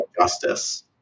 justice